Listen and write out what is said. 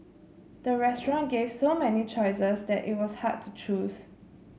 the restaurant gave so many choices that it was hard to choose